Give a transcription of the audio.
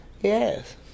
Yes